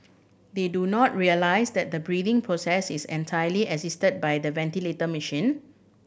they do not realise that the breathing process is entirely assisted by the ventilator machine